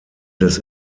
des